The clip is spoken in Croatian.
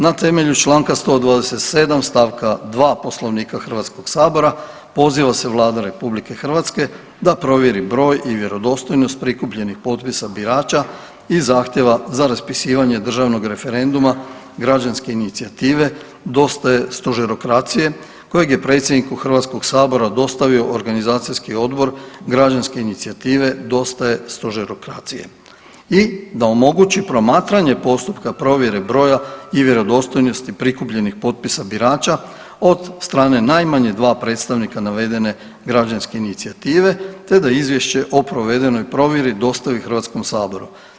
Na temelju članka 127. stavka 2. Poslovnika Hrvatskog sabora poziva se Vlada Republike Hrvatske da provjeri broj i vjerodostojnost prikupljenih potpisa birača iz zahtjeva za raspisivanje državnog referenduma građanske inicijative „Dosta je stožerokracije“ kojeg je predsjedniku Hrvatskog sabora dostavio organizacijski odbor građanske inicijative „Dosta je stožerokracije“ i da omogući promatranje postupka provjere broja i vjerodostojnosti prikupljenih potpisa birača od strane najmanje dva predstavnika navedene građanske inicijative, te da izvješće o provedenoj provjeri dostavi Hrvatskom saboru.